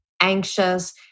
anxious